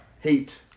Heat